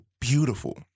beautiful